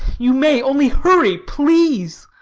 you may, only hurry, please.